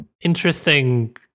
interesting